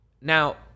Now